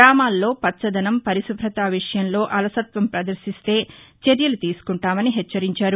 గ్రామాల్లో పచ్చదనం పరిశుభత విషయంలో అలసత్వం ప్రదర్శిస్తే చర్యలు తీసుకుంటామని హెచ్చరించారు